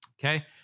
Okay